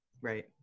Right